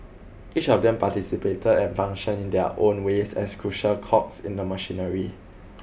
each of them participated and functioned in their own ways as crucial cogs in the machinery